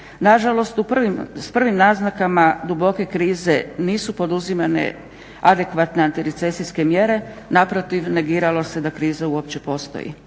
Nažalost s prvim naznakama duboke krize nisu poduzimane adekvatne antirecesijske mjere, naprotiv negiralo se da kriza uopće postoji.